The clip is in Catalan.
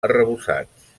arrebossats